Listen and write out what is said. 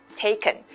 taken